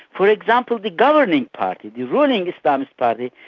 for example, the governing party, the ruling islamist party,